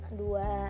dua